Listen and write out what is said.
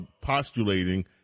postulating